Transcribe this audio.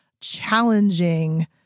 challenging